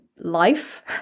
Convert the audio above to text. Life